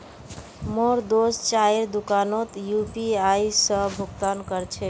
मोर दोस्त चाइर दुकानोत यू.पी.आई स भुक्तान कर छेक